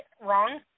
wrong